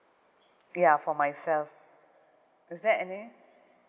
ya for myself is there any